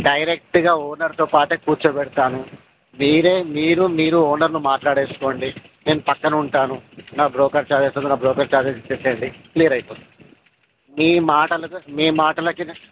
డైరెక్ట్గా ఓనర్తో పాటే కుర్చోపెడతాను మీరే మీరు మీరు ఓనర్లు మాట్లాడేసుకోండి నేను పక్కన ఉంటాను నా బ్రోకర్ చార్జెస్ నా బ్రోకర్ చార్జెస్ ఇచ్చేసేయండి క్లియర్ అయిపోతుంది మీ మాటలకు మీ మాటలకి